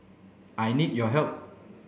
I need your help